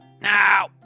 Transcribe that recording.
Now